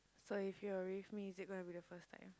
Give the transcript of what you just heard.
so if you are with me is it going to be first time